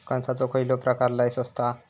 कणसाचो खयलो प्रकार लय स्वस्त हा?